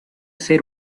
ser